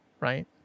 right